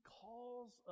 calls